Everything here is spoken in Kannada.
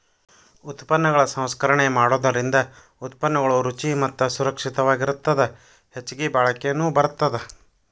ಉತ್ಪನ್ನಗಳ ಸಂಸ್ಕರಣೆ ಮಾಡೋದರಿಂದ ಉತ್ಪನ್ನಗಳು ರುಚಿ ಮತ್ತ ಸುರಕ್ಷಿತವಾಗಿರತ್ತದ ಹೆಚ್ಚಗಿ ಬಾಳಿಕೆನು ಬರತ್ತದ